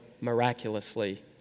miraculously